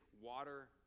water